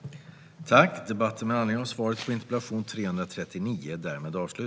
Svar på interpellationer